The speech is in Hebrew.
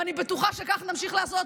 ואני בטוחה שכך נמשיך לעשות,